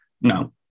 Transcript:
No